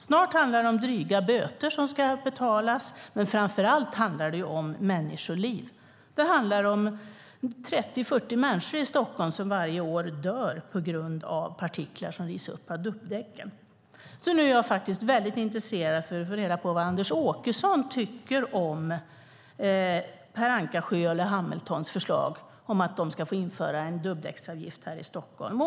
Snart handlar det om dryga böter som ska betalas, men framför allt handlar det ju om människoliv. Det handlar om 30-40 människor i Stockholm som varje år dör på grund av partiklar som rivs upp av dubbdäcken. Nu är jag faktiskt väldigt intresserad av att få reda på vad Anders Åkesson tycker om Per Ankersjös och Ulla Hamiltons förslag om att de ska få införa en dubbdäcksavgift här i Stockholm.